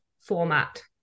format